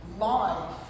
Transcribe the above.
life